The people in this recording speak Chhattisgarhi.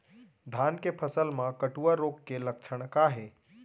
धान के फसल मा कटुआ रोग के लक्षण का हे?